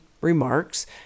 remarks